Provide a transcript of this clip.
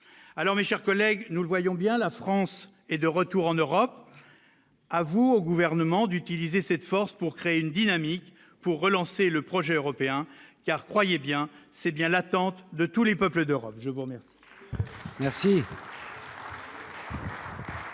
alors, mes chers collègues, nous le voyons bien la France est de retour en Europe à vous au gouvernement d'utiliser cette force pour créer une dynamique pour relancer le projet européen car, croyez bien, c'est bien la tante de tous les peuples d'Europe, je vous remercie.